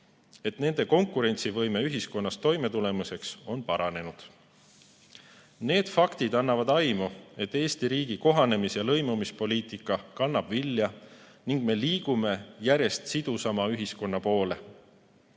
et nende konkurentsivõime ühiskonnas toimetulemiseks on paranenud. Need faktid annavad aimu, et Eesti riigi kohanemis‑ ja lõimumispoliitika kannab vilja ning me liigume järjest sidusama ühiskonna